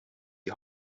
die